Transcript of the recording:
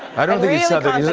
i don't think he's southern.